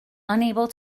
unable